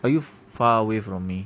are you f~ far away from me